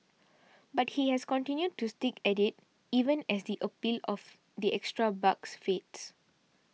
but he has continued to stick at it even as the appeal of the extra bucks fades